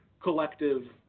collective